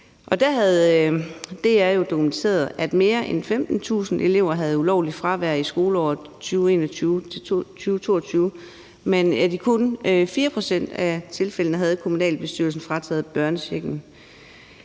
DR jo dokumenteret, at mere end 15.000 elever havde ulovligt fravær i skoleåret 2021-2022, men at kun i 4 pct. af tilfældene havde kommunalbestyrelsen frataget familien